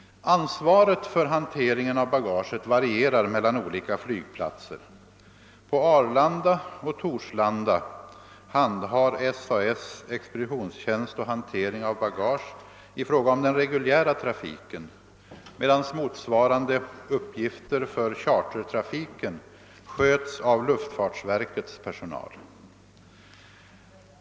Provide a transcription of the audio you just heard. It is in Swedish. Ansvaret för hanteringen av bagaget varierar mellan olika flygplatser. På Arlanda och Torslanda handhar SAS expeditionstjänst och hantering av bagage i fråga om den reguljära trafiken, medan motsvarande uppgifter för chartertrafiken sköts av luftfartsverkets personal.